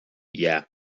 yeah